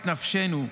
את נפשנו,